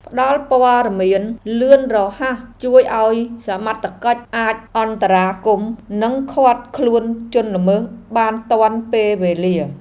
ផ្ដល់ព័ត៌មានលឿនរហ័សជួយឱ្យសមត្ថកិច្ចអាចអន្តរាគមន៍និងឃាត់ខ្លួនជនល្មើសបានទាន់ពេលវេលា។